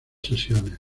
sesiones